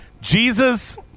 Jesus